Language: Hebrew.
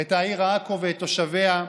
את העיר עכו ותושביה.